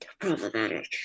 problematic